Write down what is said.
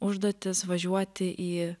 užduotis važiuoti į